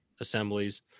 assemblies